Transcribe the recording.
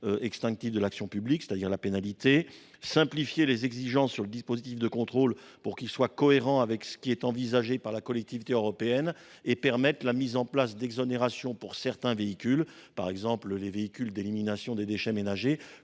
extinctive de l’action publique, c’est à dire la pénalité ; à simplifier les exigences sur le dispositif de contrôle, pour qu’il soit cohérent avec ce qui est envisagé par la CEA ; à permettre la mise en place d’exonérations pour certains véhicules – par exemple, les véhicules d’élimination des déchets ménagers,